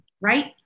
right